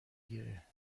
گیره